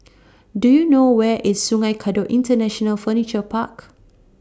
Do YOU know Where IS Sungei Kadut International Furniture Park